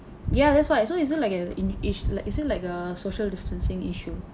ya that's why so isn't like an in issue like isn't like a social distancing issue